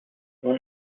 اون